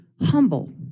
humble